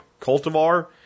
cultivar